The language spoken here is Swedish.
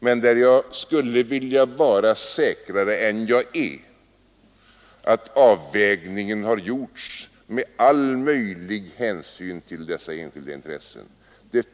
Men jag skulle vilja vara säkrare än jag är på att avvägningen gjorts med all möjlig hänsyn till dessa enskilda intressen.